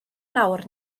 nawr